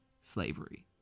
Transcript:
slavery